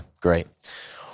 great